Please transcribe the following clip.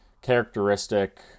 characteristic